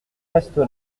reste